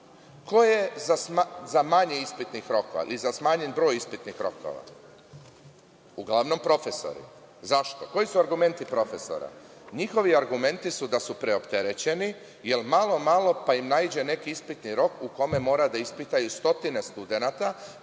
Ko je za manje ispitnih rokova i za smanjen broj ispitnih rokova? Uglavnom profesori. Zašto? Koji su argumenti profesora? Njihovi argumenti da su preopterećeni, jel malo, malo pa im naiđe neki ispitni rok u kome moraju da ispitaju stotine studenata,